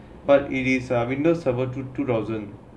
but it is a Windows server two thousand